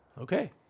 Okay